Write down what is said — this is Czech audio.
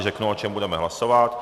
Řeknu, o čem budeme hlasovat.